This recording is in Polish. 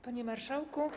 Panie Marszałku!